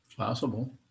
possible